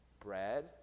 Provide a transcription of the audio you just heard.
bread